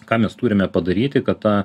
ką mes turime padaryti kad ta